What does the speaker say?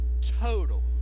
total